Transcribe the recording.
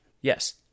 Yes